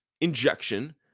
injection